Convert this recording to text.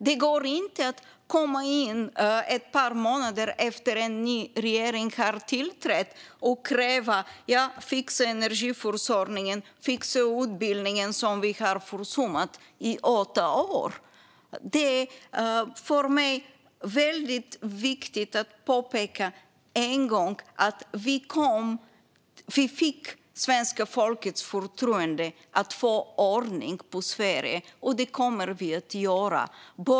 Det går inte att komma in ett par månader efter det att en ny regering har tillträtt och kräva att vi ska fixa energiförsörjningen och utbildningen som ni har försummat i åtta år. Det är för mig väldigt viktigt att en gång för alla påpeka att vi fick svenska folkets förtroende att få ordning på Sverige - och det kommer vi att få.